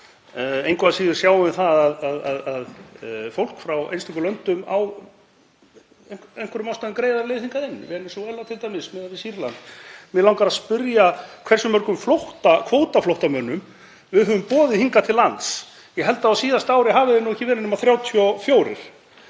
Engu að síður sjáum við að fólk frá einstökum löndum á af einhverjum ástæðum greiða leið hingað inn, frá Venesúela t.d. miðað við Sýrland. Mig langar að spyrja hversu mörgum kvótaflóttamönnum við höfum boðið hingað til lands. Ég held að á síðasta ári hafi þeir ekki verið nema 34.